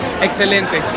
Excelente